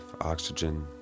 oxygen